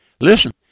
Listen